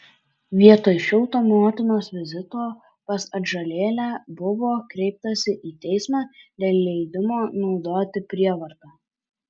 vietoj šilto motinos vizito pas atžalėlę buvo kreiptasi į teismą dėl leidimo naudoti prievartą